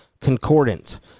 Concordance